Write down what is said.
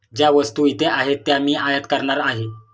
ज्या वस्तू इथे आहेत त्या मी आयात करणार आहे